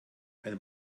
ein